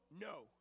no